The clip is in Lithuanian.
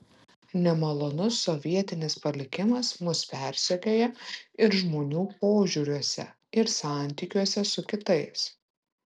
nemalonus sovietinis palikimas mus persekioja ir žmonių požiūriuose ir santykiuose su kitais